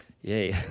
Yay